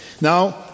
Now